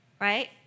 Right